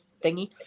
thingy